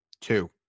Two